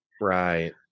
right